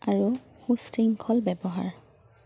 আৰু সুশৃংখল ব্যৱহাৰ